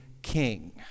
king